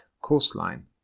coastline